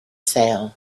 sale